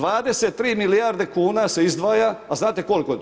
23 milijarde kune se izdvaja, a znate koliko je to?